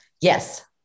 Yes